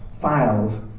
files